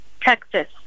Texas